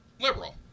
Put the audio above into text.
liberal